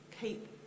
keep